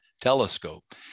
telescope